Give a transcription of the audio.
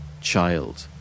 child